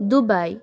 Dubai